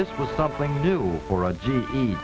this was something new for a ged